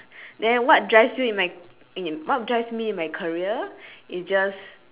then what drives you in my in what drives me in my career is just